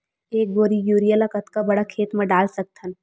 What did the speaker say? एक बोरी यूरिया ल कतका बड़ा खेत म डाल सकत हन?